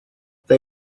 they